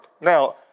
Now